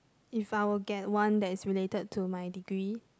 if I would get one that is related to my degree